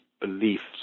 beliefs